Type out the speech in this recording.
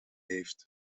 heeft